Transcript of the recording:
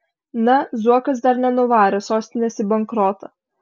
na zuokas dar nenuvarė sostinės į bankrotą